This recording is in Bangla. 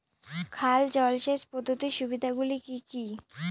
খাল জলসেচ পদ্ধতির সুবিধাগুলি কি কি?